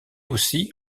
aussi